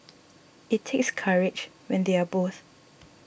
it takes courage when they are both